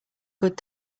good